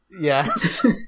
Yes